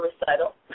recital